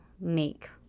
make